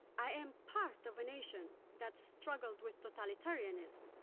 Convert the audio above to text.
i am part of a nation that struggled with totalitarianism,